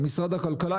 עם משרד הכלכלה,